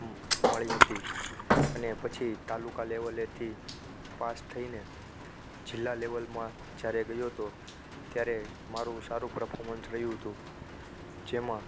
મળી હતી અને પછી તાલુકા લેવલેથી પાસ થઈને જિલ્લા લેવલમાં જ્યારે ગયો હતો ત્યારે મારું સારું પ્રફોર્મન્સ રહ્યું હતું જેમાં